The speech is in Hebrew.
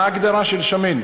מה ההגדרה של שמן?